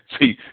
See